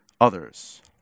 others